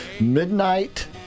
Midnight